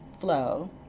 flow